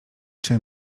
czy